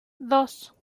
dos